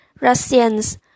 Russians